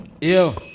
Yo